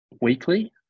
weekly